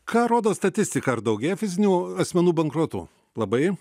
ką rodo statistika ar daugėja fizinių asmenų bankrotų labai